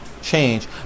change